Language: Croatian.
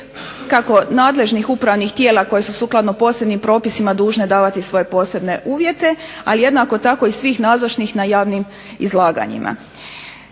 kako nadležnih upravnih tijela koji su sukladno posebnim propisima dužen davati svoje posebne uvjete, ali jednako takov i svih nazočnih na javnim izlaganjima.